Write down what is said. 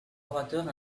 orateurs